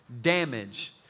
damage